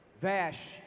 Vash